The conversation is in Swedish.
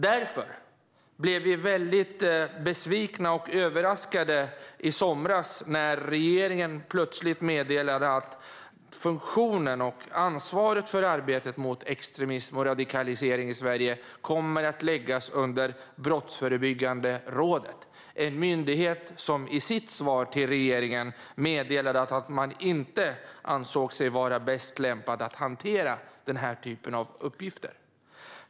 Därför blev vi väldigt besvikna och överraskade i somras när regeringen plötsligt meddelade att funktionen och ansvaret för arbetet mot extremism och radikalisering i Sverige kommer att läggas under Brottsförebyggande rådet - en myndighet som i sitt svar till regeringen meddelade att man inte ansåg sig vara bäst lämpad att hantera denna typ av uppgifter.